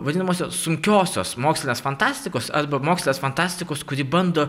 vadinamosios sunkiosios mokslinės fantastikos arba mokslinės fantastikos kuri bando